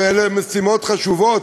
ואלה משימות חשובות,